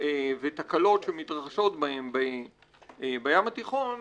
ותקלות שמתרחשות בהם בים התיכון,